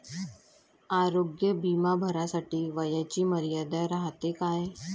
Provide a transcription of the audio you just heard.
आरोग्य बिमा भरासाठी वयाची मर्यादा रायते काय?